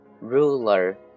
ruler